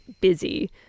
busy